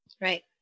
Right